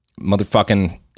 motherfucking